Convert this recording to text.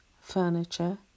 furniture